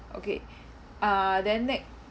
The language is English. okay ah then ne~